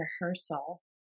rehearsal